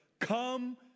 come